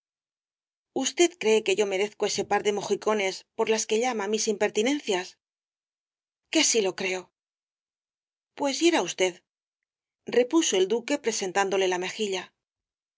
usted cree que yo merezco ese par de mojicones por las que llama mis impertinencias que si lo creo pues hiera usted repuso el duque presentándole la mejilla